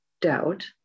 doubt